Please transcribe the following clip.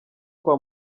kwa